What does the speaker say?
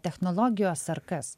technologijos ar kas